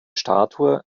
statue